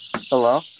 Hello